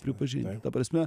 pripažinti ta prasme